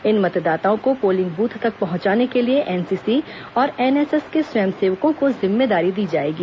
इन मतदाताओं को polling booth तक पहुंचाने के लिए एनसीसी और एनएसएस के स्वयंसेवकों को जिम्मेदारी दी जाएगी